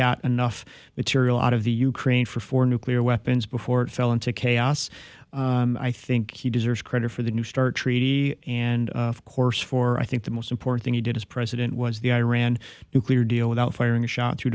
got enough material out of the ukraine for for nuclear weapons before it fell into chaos i think he deserves credit for the new start treaty and of course for i think the most important thing he did as president was the iran nuclear deal without firing a shot through